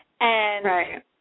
Right